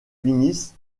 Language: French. finissent